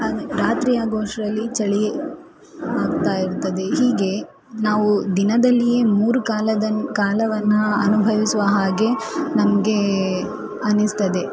ರಾತ್ರಿಯಾಗುವಷ್ಟರಲ್ಲಿ ಚಳಿ ಆಗ್ತಾ ಇರ್ತದೆ ಹೀಗೆ ನಾವು ದಿನದಲ್ಲಿಯೇ ಮೂರು ಕಾಲದನ್ ಕಾಲವನ್ನು ಅನುಭವಿಸುವ ಹಾಗೆ ನಮಗೆ ಅನಿಸ್ತದೆ